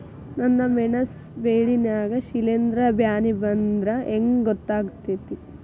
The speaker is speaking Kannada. ನನ್ ಮೆಣಸ್ ಬೆಳಿ ನಾಗ ಶಿಲೇಂಧ್ರ ಬ್ಯಾನಿ ಬಂದ್ರ ಹೆಂಗ್ ಗೋತಾಗ್ತೆತಿ?